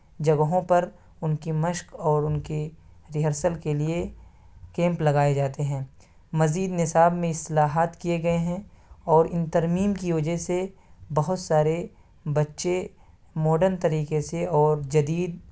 جگہوں پر ان کی مشق اور ان کی ریہرسل کے لیے کیمپ لگائے جاتے ہیں مزید نصاب میں اصلاحات کیے گئے ہیں اور ان ترمیم کی وجہ سے بہت سارے بچے ماڈرن طریقے سے اور جدید